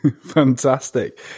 Fantastic